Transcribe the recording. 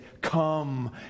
come